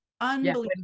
unbelievable